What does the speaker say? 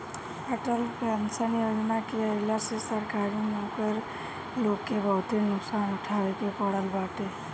Atal pension योजना के आईला से सरकारी नौकर लोग के बहुते नुकसान उठावे के पड़ल बाटे